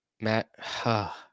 Matt